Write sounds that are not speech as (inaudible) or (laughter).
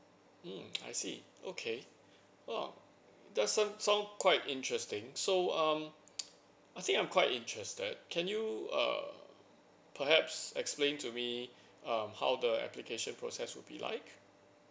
mm (noise) I see okay !wah! that's som~ sound quite interesting so um (noise) I think I'm quite interested can you err perhaps explain to me um how the application process would be like